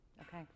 Okay